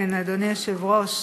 אדוני היושב-ראש,